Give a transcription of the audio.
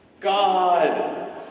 God